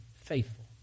faithful